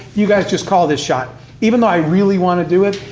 you guys just call this shot even though i really want to do it.